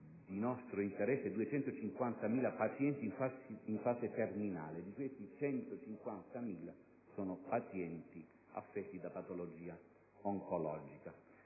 di nostro interesse, 250.000 pazienti in fase terminale; di questi, 150.000 sono pazienti affetti da patologia oncologica.